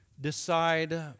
decide